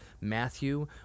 Matthew